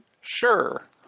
sure